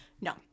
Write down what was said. No